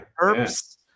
herbs